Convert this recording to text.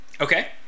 Okay